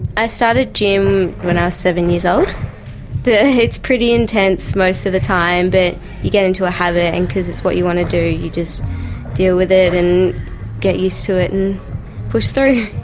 i started gym when i was seven years old but it's pretty intense most of the time but you get into a habit and because it's what you want to do you just deal with it and get used to it and push through.